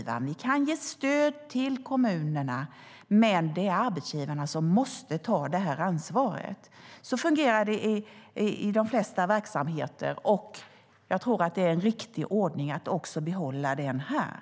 Vi kan ge stöd till kommunerna, men det är arbetsgivaren som måste ta ansvaret. Så fungerar det i de flesta verksamheter, och jag tror att det är en riktig ordning som bör behållas här.